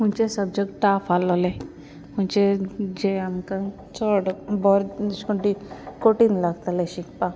खंयचे सब्जक्ट टाफ आहलोले खंयचे जे आमकां चड बोरे ऐश कोन्न कोठीण लागताले शिकपाक